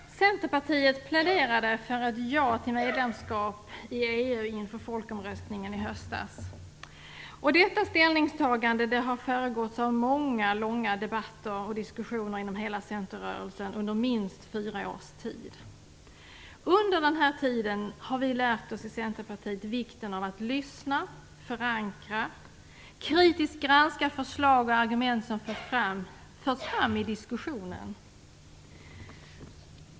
Fru talman! Centerpartiet pläderade inför folkomröstningen i höstas för ett ja till medlemskap i EU. Detta ställningstagande har under minst fyra års tid föregåtts av många och långa debatter och diskussioner inom hela centerrörelsen. Under den här tiden har vi i Centerpartiet lärt oss vikten av att lyssna, förankra samt kritiskt granska förslag och argument som förts fram i diskussionen.